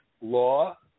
law